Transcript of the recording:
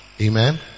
Amen